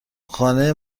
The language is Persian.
خانه